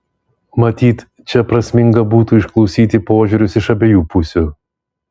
matyt čia prasminga būtų išklausyti požiūrius iš abiejų pusių